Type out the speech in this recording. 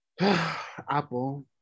apple